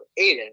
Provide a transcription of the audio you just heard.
aiden